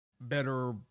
better